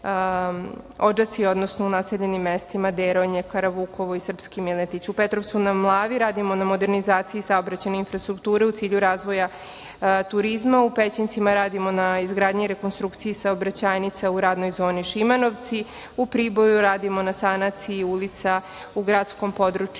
u naseljenim mestima Deronje, Karavukovo i Srpski Miletić, u Petrovcu na Mlavi radimo na modernizacije saobraćajne infrastrukture u cilju razvoja turizma, u Pećincima radimo na izgradnji i rekonstrukciji saobraćajnica u radnoj zoni Šimanovci, u Priboju radimo na sanaciji ulica u gradskom području